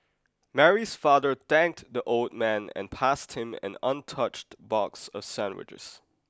Mary's father thanked the old man and passed him an untouched box of sandwiches